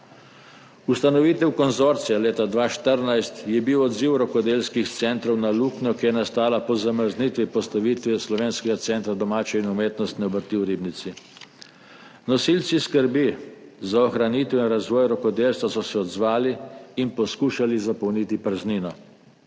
Ustanovitev konzorcija leta 2014 je bil odziv rokodelskih centrov na luknjo, ki je nastala po zamrznitvi postavitve slovenskega centra domače in umetnostne obrti v Ribnici. Nosilci skrbi za ohranitev in razvoj rokodelstva so se odzvali in poskušali zapolniti praznino,